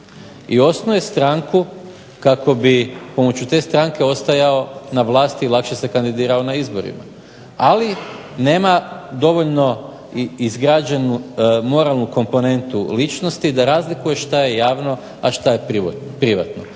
i osnuje stranku kako bi pomoću te stranke ostajao na vlasti i lakše se kandidirao na izborima, ali nema dovoljno izgrađenu moralnu komponentu ličnosti da razlikuje što je javno, a što je privatno